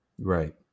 Right